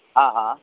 हा हा